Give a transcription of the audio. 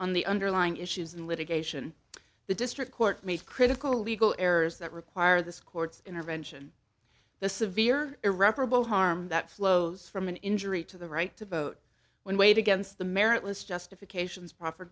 on the underlying issues in litigation the district court made critical legal errors that require this court's intervention the severe irreparable harm that flows from an injury to the right to vote when weighed against the meritless justifications pro